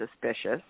suspicious